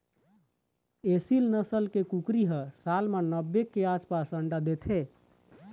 एसील नसल के कुकरी ह साल म नब्बे के आसपास अंडा देथे